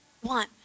one